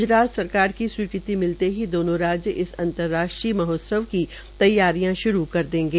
ग्जरात सरकार की स्वीकृति मिलते ही दोनों राज्य इस अंतर्राष्ट्रीय महोत्सव की तैयारियां श्रू कर देंगे